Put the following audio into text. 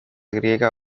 griega